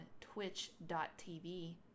twitch.tv